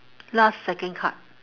last second card